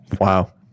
Wow